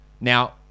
Now